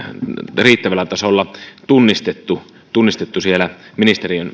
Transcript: riittävällä tasolla tunnistettu tunnistettu siellä ministeriön